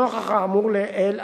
נוכח האמור לעיל,